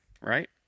right